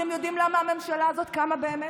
אתם יודעים למה הממשלה הזאת קמה באמת?